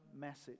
message